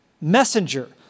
messenger